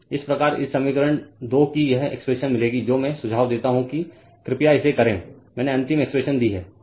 इस प्रकार इस समीकरण 2 की यह एक्सप्रेशन मिलेगी जो मैं सुझाव देता हूं कि कृपया इसे करें मैंने अंतिम एक्सप्रेशन दी है